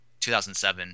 2007